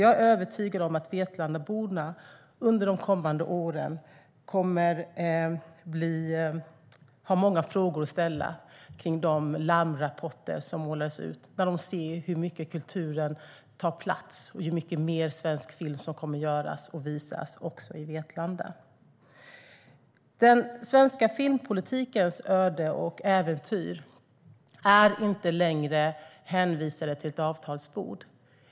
Jag är övertygad om att Vetlandaborna under de kommande åren kommer att ha många frågor att ställa om de larmrapporter som målades ut när de ser hur mycket kulturen tar plats och hur mycket mer svensk film som kommer att göras och visas också i Vetlanda. Den svenska filmpolitikens öde är inte längre hänvisad till ett avtalsbord.